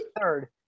third